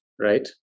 right